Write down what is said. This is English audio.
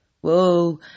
whoa